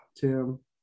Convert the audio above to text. Tim